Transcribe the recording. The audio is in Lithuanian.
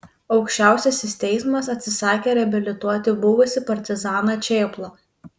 aukščiausiasis teismas atsisakė reabilituoti buvusį partizaną čėplą